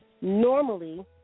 Normally